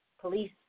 police